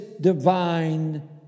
divine